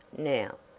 now.